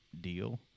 deal